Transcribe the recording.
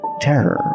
terror